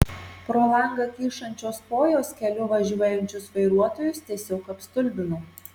pro langą kyšančios kojos keliu važiuojančius vairuotojus tiesiog apstulbino